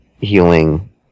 healing